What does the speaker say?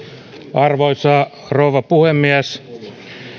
arvoisa rouva puhemies